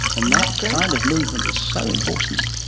and that kind of movement is so important.